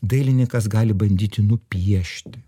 dailinikas gali bandyti nupiešti